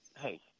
Hey